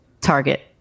target